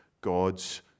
God's